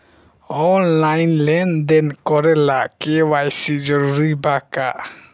Online लेन देन करे ला के.वाइ.सी जरूरी बा का?